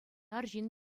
арҫын